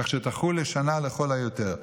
כך שתחול לשנה לכל היותר.